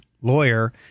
lawyer